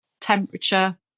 temperature